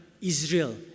Israel